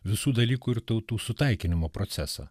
visų dalykų ir tautų sutaikinimo procesą